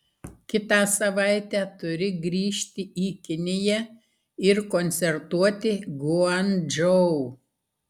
kitą savaitę turi grįžti į kiniją ir koncertuoti guangdžou